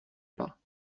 pas